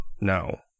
No